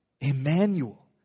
Emmanuel